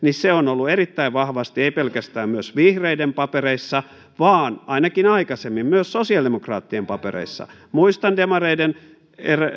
on ollut erittäin vahvasti ei pelkästään vihreiden papereissa vaan ainakin aikaisemmin myös sosiaalidemokraattien papereissa muistan demareiden